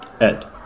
Ed